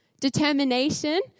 Determination